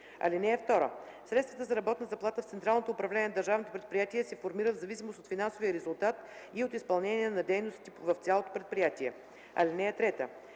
(2) Средствата за работна заплата в централното управление на държавното предприятие се формират в зависимост от финансовия резултат и от изпълнението на дейностите в цялото предприятие. (3)